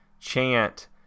chant